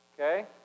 Okay